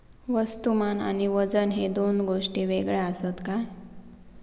वस्तुमान आणि वजन हे दोन गोष्टी वेगळे आसत काय?